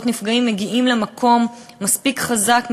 נפגעות ונפגעים מגיעים למקום מספיק חזק,